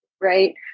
right